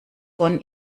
von